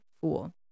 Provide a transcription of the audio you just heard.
fool